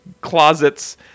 closets